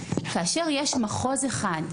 כאשר יש מחוז אחד,